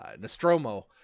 Nostromo